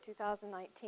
2019